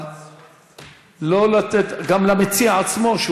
אבל לא לתת גם למציע עצמו,